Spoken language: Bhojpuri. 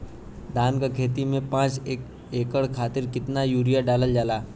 धान क खेती में पांच एकड़ खातिर कितना यूरिया डालल जाला?